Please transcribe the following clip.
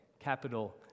capital